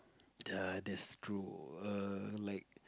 the that's true err like